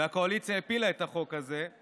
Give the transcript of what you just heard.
והקואליציה הפילה את החוק הזה,